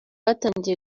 batangiye